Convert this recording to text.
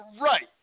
Right